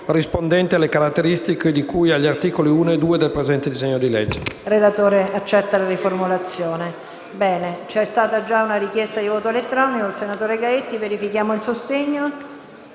rispondenti alle caratteristiche di cui agli articoli 1 e 2 del presente disegno di legge.